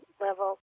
level